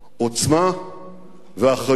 עוצמה ואחריות.